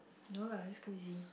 no lah that's crazy